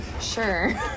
sure